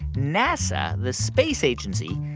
nasa, the space agency,